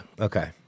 Okay